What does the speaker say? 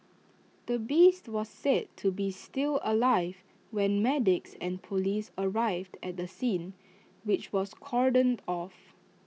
the beast was said to be still alive when medics and Police arrived at the scene which was cordoned off